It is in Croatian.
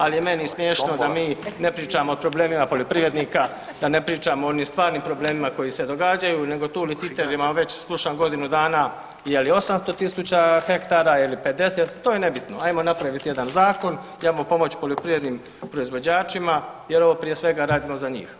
Ali meni je smiješno da mi ne pričamo o problemima poljoprivrednika, da ne pričamo o onim stvarnim problemima koji se događaju nego … već slušam godinu dana je li 800.000 hektara ili 50 to je nebitno, ajmo napraviti jedan zakon … pomoć poljoprivrednim proizvođačima jer ovo prije svega radimo za njih.